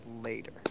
later